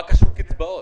מה קשור קצבאות?